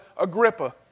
Agrippa